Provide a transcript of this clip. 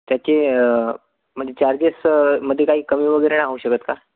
त्याचे म्हणजे चार्जेसमध्ये काही कमी वगैरे ना होऊ शकत का